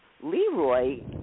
Leroy